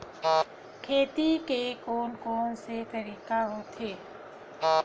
खेती के कोन कोन से तरीका होथे?